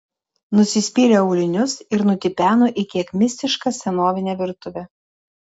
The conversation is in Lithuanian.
nusispyrė aulinius ir nutipeno į kiek mistišką senovinę virtuvę